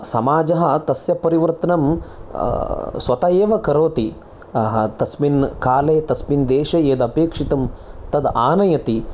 समाजः तस्य परिवर्तनं स्वत एव करोति तस्मिन् काले तस्मिन् देशे यदपेक्षितं तद् आनयति